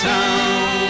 Town